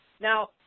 Now